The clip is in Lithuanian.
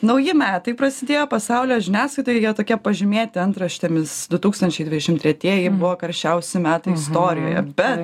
nauji metai prasidėjo pasaulio žiniasklaidoj jie tokie pažymėti antraštėmis du tūkstančiai dvidešimt tretieji buvo karščiausi metai istorijoje bet